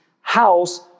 house